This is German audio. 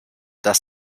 dass